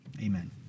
Amen